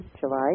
July